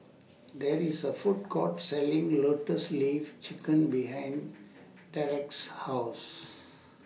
There IS A Food Court Selling Lotus Leaf Chicken behind Derrek's House